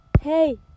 hey